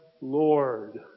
Lord